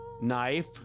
knife